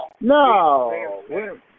No